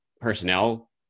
personnel